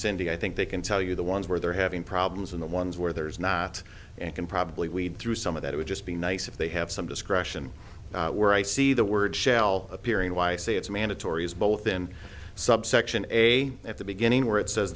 cindy i think they can tell you the ones where they're having problems in the ones where there is not and can probably weed through some of that it would just be nice if they have some discretion where i see the word shell appearing why i say it's mandatory is both in subsection a at the beginning where it says